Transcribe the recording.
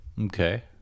Okay